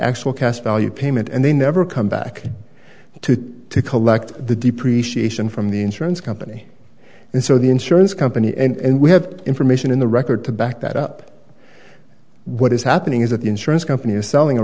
actual cast value payment and they never come back to collect the depreciation from the insurance company and so the insurance company and we have information in the record to back that up what is happening is that the insurance company is selling a